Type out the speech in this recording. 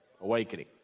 awakening